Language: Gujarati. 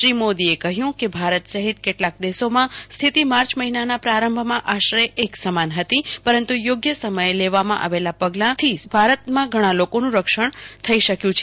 શ્રી મોદીએ કહ્યું કે ભારત સહિત કેટલાક દેશોમાં સ્થીતિ માર્ચ મહિનાના પ્રારંભમાં આશરે એક સમાન હતી પરંતુ યોગ્ય સમયે પગલાં લેવામાં આવતાં ભારત ઘણા લોકોનું રક્ષણ કરવા માટે સફળ રહ્યું છે